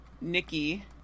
Nikki